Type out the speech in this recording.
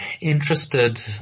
interested